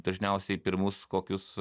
dažniausiai pirmus kokius